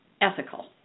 ethical